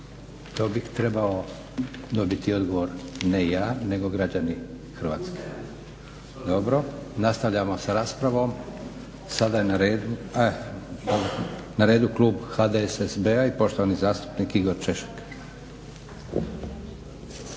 To bi trebao dobiti odgovor ne ja nego građani Hrvatske. Dobro. Nastavljamo sa raspravom. Sada je na redu klub HDSSB-a i poštovani zastupnik Igor Češek.